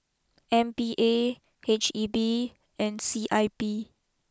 M P A H E B and C I P